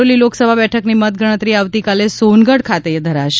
બારડોલી લોકસભા બેઠકની મતગણતરી આવતીકાલે સોનગઢ ખાતે હાથ ધરાશે